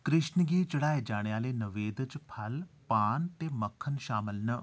कृष्ण गी चढ़ाए जाने आह्ले नवेद च फल पान ते मक्खन शामल न